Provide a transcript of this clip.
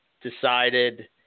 decided